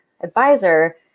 advisor